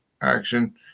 action